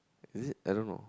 is it I don't know